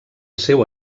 seu